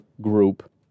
group